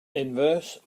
inverse